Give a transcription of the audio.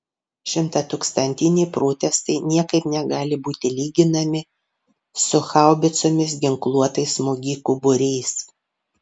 šimtatūkstantiniai protestai niekaip negali būti lyginami su haubicomis ginkluotais smogikų būriais